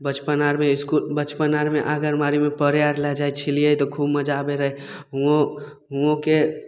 बचपन आरमे इसकुल बचपन आरमे आँगनबाड़ीमे पढ़य आर लए जाइ छलियै तऽ खूब मजा आबय रहय हुओं हुओंके